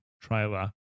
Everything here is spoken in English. trailer